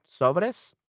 Sobres